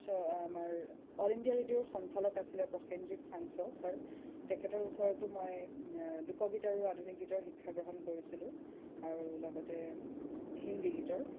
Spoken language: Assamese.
আমাৰ অল ইণ্ডিয়া ৰেডিঅ'ৰ সঞ্চালক আছিলে প্ৰশেনজিৎ ছাংচ ছাৰ তেখেতৰ ওচৰতো মই লোকগীত আৰু আধুনিক গীতৰ শিক্ষা গ্ৰহণ কৰিছিলোঁ আৰু লগতে হিন্দী গীতৰ